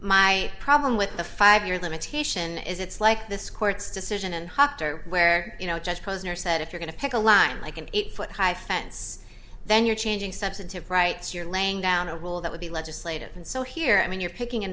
my problem with the five year limitation is it's like this court's decision and hocked are where you know judge posner said if you're going to pick a line like an eight foot high fence then you're changing substantive rights you're laying down a rule that would be legislated and so here i mean you're picking a